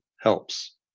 helps